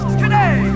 today